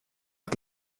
att